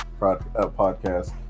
podcast